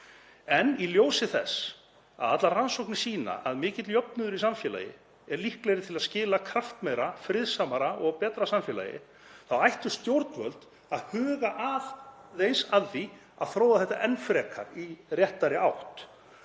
en í ljósi þess að allar rannsóknir sýna að mikill jöfnuður í samfélagi er líklegri til að skila kraftmeira, friðsamara og betra samfélagi þá ættu stjórnvöld að huga aðeins að því að þróa þetta enn frekar í réttari átt.